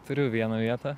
turiu vieną vietą